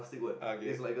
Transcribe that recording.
okay